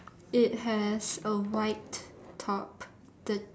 it has a white top the